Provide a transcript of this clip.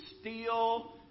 steal